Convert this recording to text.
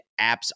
Apps